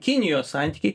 kinijos santykiai